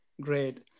Great